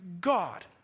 God